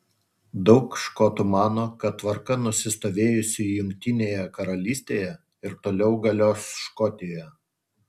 daug škotų mano kad tvarka nusistovėjusi jungtinėje karalystėje ir toliau galios škotijoje